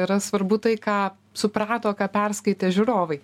yra svarbu tai ką suprato ką perskaitė žiūrovai